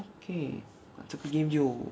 okay 这个 game 就